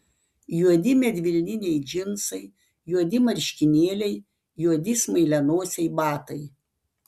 juodi medvilniniai džinsai juodi marškinėliai juodi smailianosiai batai